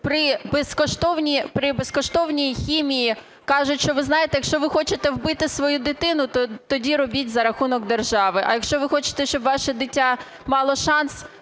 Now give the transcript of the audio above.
при безкоштовній хімії кажуть, що, ви знаєте, якщо ви хочете вбити свою дитину, тоді робіть за рахунок держави. А якщо ви хочете, щоб ваше дитя мало шанс,